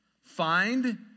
find